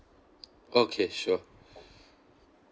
okay sure